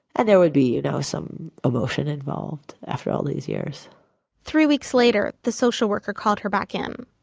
and there would be you know some emotion involved after all these years three weeks later, the social worker called her back in.